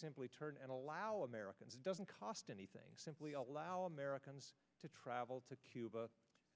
simply turn and allow americans it doesn't cost anything simply allow americans to travel to cuba